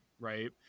Right